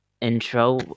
intro